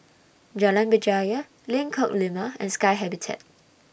Jalan Berjaya Lengkok Lima and Sky Habitat